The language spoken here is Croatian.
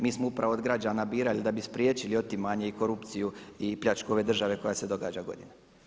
Mi smo upravo od građana birani da bi spriječili otimanje i korupciju i pljačku ove države koja se događa godinama.